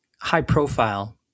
high-profile